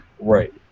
Right